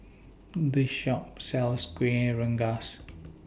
This Shop sells Kueh Rengas